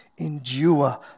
Endure